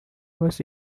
was